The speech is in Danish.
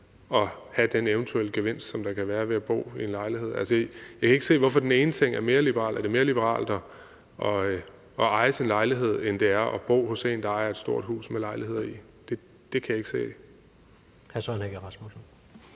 have den eventuelle gevinst, som der kan være ved at bo i en lejlighed. Altså, jeg kan ikke se, hvorfor den ene ting er mere liberal end den anden. Er det mere liberalt at eje sin lejlighed, end det er at bo hos en, der ejer et stort hus med lejligheder i? Det kan jeg ikke se.